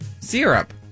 Syrup